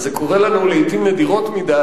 זה קורה לנו לעתים נדירות מדי,